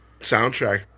soundtrack